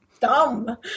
dumb